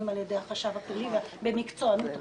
על ידי החשב הכללי במקצוענות רבה.